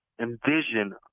envision